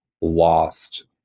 lost